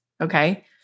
okay